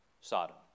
Sodom